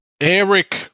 eric